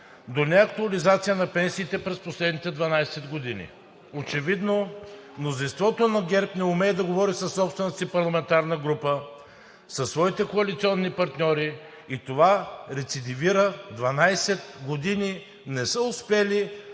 до неактуализация на пенсиите през последните 12 години. Очевидно мнозинството на ГЕРБ не умее да говори със собствената си парламентарна група, със своите коалиционни партньори и това рецидивира. 12 години не са успели